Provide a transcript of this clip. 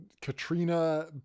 katrina